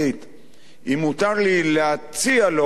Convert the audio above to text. אם מותר לי להציע לו ללמוד